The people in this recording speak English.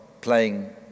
playing